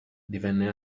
divenne